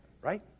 right